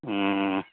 ꯎꯝ